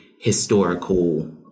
historical